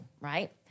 right